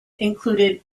included